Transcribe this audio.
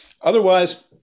Otherwise